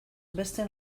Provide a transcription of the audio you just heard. beste